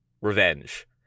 revenge